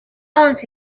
once